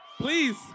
Please